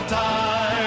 time